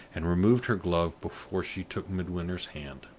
and removed her glove before she took midwinter's hand.